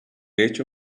hecho